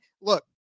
look